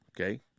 okay